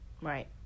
right